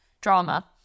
drama